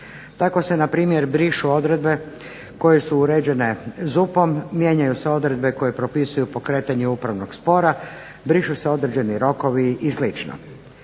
Tako se na primjer brišu odredbe koje su uređene ZUP-om, mijenjanju se odredbe koje propisuju pokretanje upravnog spora, brišu se određeni rokovi i